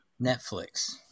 Netflix